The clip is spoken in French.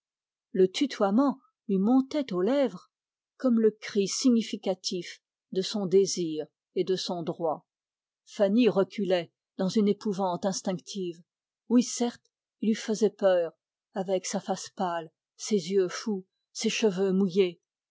le tutoiement lui montait aux lèvres comme le cri de son désir et de son droit fanny reculait dans une épouvante instinctive oui certes il lui faisait peur avec sa face pâle ses yeux fous ses cheveux mouillés